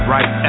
Right